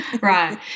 right